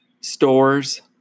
stores